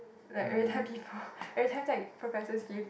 like every time people every time like professors give